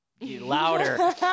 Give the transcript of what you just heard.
louder